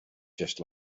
just